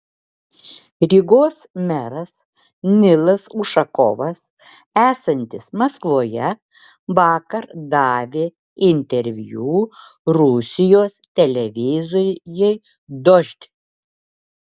rygos meras nilas ušakovas esantis maskvoje vakar davė interviu rusijos televizijai dožd